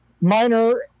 minor